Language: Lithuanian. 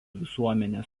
visuomenės